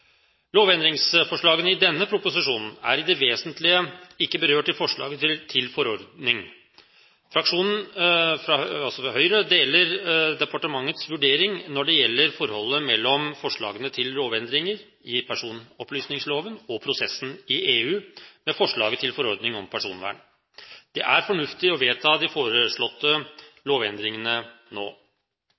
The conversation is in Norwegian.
Lovendringsforslagene i denne proposisjonen er i det vesentlige ikke berørt i forslaget til forordning. Fraksjonen fra Høyre deler departementets vurdering når det gjelder forslagene til lovendringer i personopplysningsloven og prosessen i EU med forslaget til forordning om personvern – det er fornuftig å vedta de foreslåtte lovendringene nå.